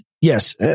yes